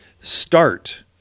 start